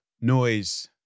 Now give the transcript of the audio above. noise